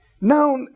Now